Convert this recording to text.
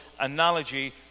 analogy